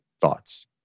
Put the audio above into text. thoughts